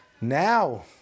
Now